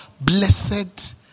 blessed